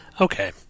Okay